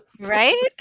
right